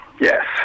Yes